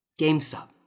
GameStop